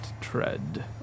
tread